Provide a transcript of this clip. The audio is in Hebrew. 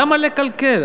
למה לקלקל?